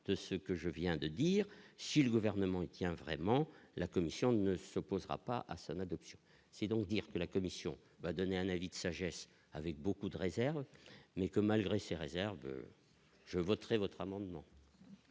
de ce que je viens de dire si le gouvernement et tient vraiment la commission ne s'opposera pas à Hassan adoption c'est donc dire que la Commission va donner un avis de sagesse avec beaucoup de réserve, mais que, malgré ses réserves, je voterai votre amendement.